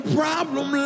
problem